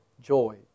joy